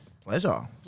pleasure